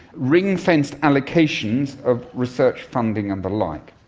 ring-fenced allocations of research funding, and the like.